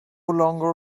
longer